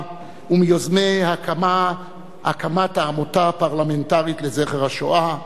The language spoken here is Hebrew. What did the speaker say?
ומיוזמי הקמת העמותה הפרלמנטרית לזכר השואה,